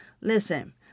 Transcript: Listen